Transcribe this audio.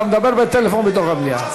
אתה מדבר בטלפון בתוך המליאה.